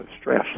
stress